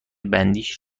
بندیش